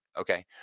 Okay